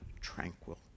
tranquil